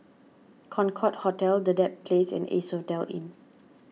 Concorde Hotel the Dedap Place and Asphodel Inn